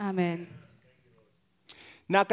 Amen